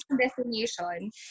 destination